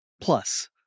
Plus